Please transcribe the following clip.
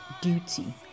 Duty